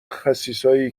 خسیسایی